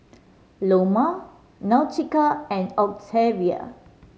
Loma Nautica and Octavia